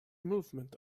movement